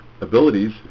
abilities